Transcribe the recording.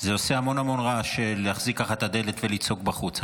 זה עושה המון המון רעש להחזיק ככה את הדלת ולצעוק בחוץ.